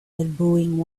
elbowing